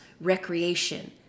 recreation